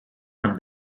from